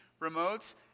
remotes